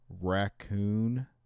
Raccoon